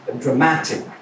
dramatic